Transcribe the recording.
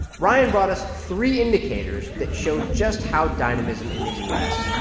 ryan brought us three indicators that showed just how dynamism in the u s.